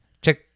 Check